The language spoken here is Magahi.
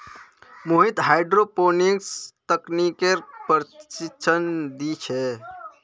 मोहित हाईड्रोपोनिक्स तकनीकेर प्रशिक्षण दी छे